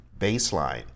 Baseline